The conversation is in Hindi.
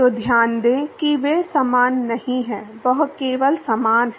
तो ध्यान दें कि वे समान नहीं हैं यह केवल समान है